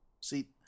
See